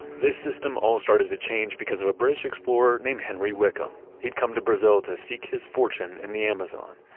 this system all started to change because of a british explorer named henry wickham. he'd come to brazil to seek his fortune in the amazon.